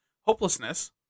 hopelessness